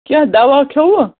کیٛاہ دوا کھیٚوٕ